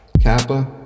kappa